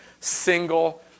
single